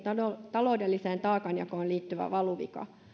taloudelliseen taakanjakoon liittyvä valuvika